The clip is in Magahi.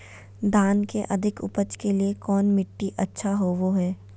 धान के अधिक उपज के लिऐ कौन मट्टी अच्छा होबो है?